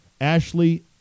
Ashley